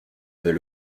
vais